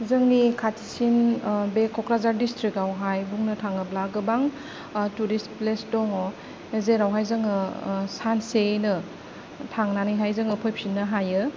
जोंनि खाथिसिन बे क'क्राझार दिसत्रिकावहाय बुंनो थाङोब्ला गोबां तुरिस्त प्लेस दङ जेरावहाय जोङो सानसेयैनो थांनानैहाय जोङो फैफिन्नो हायो